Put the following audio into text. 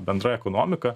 bendra ekonomika